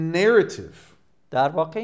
narrative